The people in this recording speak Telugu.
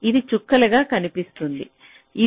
అది చుక్కలుగా చూపిస్తాను